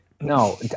No